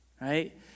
right